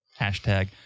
Hashtag